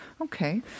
Okay